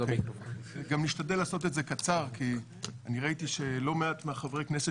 גם אשתדל לעשות את זה קצר כי אני ראיתי שלא מעט מחברי הכנסת